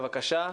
בבקשה.